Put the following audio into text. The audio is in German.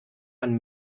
man